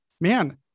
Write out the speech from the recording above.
man